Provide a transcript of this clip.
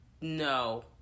no